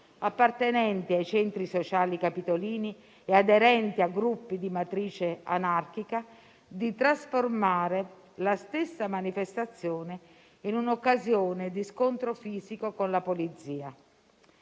appartenenti ai centri sociali capitolini e aderenti a gruppi di matrice anarchica, di trasformare la stessa manifestazione in un'occasione di scontro fisico con la polizia.